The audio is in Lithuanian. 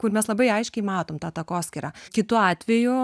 kur mes labai aiškiai matom tą takoskyrą kitu atveju